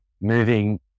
moving